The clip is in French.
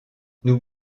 nous